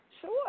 Sure